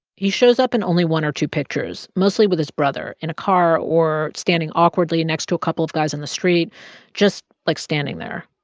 he shows up in only one or two pictures, mostly with his brother in a car or standing awkwardly next to a couple of guys in the street just, like, standing there.